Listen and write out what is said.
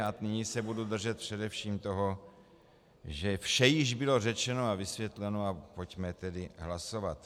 A nyní se budu držet především toho, že vše již bylo řečeno a vysvětleno, a pojďme tedy hlasovat.